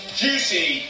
juicy